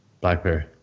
Blackberry